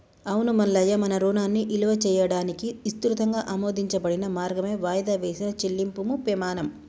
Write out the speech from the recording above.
అవును మల్లయ్య మన రుణాన్ని ఇలువ చేయడానికి ఇసృతంగా ఆమోదించబడిన మార్గమే వాయిదా వేసిన చెల్లింపుము పెమాణం